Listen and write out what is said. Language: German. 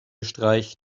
streicht